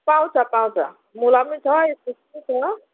पाउँछ पाउँछ मुला पनि छ इस्कुस पनि छ